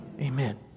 Amen